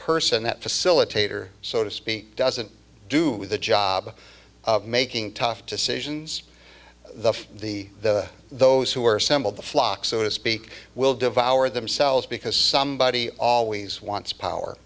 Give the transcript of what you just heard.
person that facilitator so to speak doesn't do the job of making tough decisions the the those who are assembled the flock so to speak will devour themselves because somebody always wants power